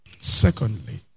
Secondly